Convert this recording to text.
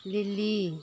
ꯂꯤꯂꯤ